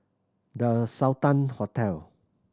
The Sultan Hotel